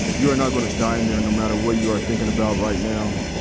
you are not gonna die in there, no matter what you are thinking about right now.